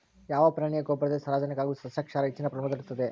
ಯಾವ ಪ್ರಾಣಿಯ ಗೊಬ್ಬರದಲ್ಲಿ ಸಾರಜನಕ ಹಾಗೂ ಸಸ್ಯಕ್ಷಾರ ಹೆಚ್ಚಿನ ಪ್ರಮಾಣದಲ್ಲಿರುತ್ತದೆ?